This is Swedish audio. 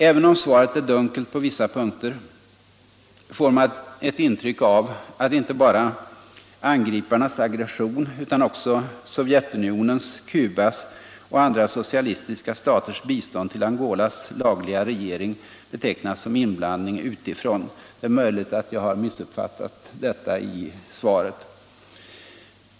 Även om svaret är dunkelt på vissa punkter får man ett intryck av att inte bara angriparnas aggression utan också Sovjetunionens, Cubas och andra socialistiska staters bistånd till Angolas regering betecknas som ”inblandning utifrån”. Det är möjligt att jag har missuppfattat detta i svaret.